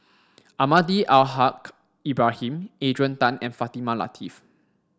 Almahdi Al Haj Ibrahim Adrian Tan and Fatimah Lateef